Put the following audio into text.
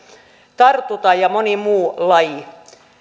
tartuta ja moni muu laji